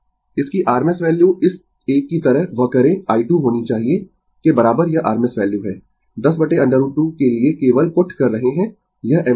इसकी rms value इस एक की तरह वह करें i2 होनी चाहिए के बराबर यह rms वैल्यू है 10√ 2 के लिए केवल पुट कर रहे है यह एम्पीयर है